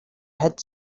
had